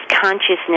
consciousness